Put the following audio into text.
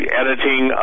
editing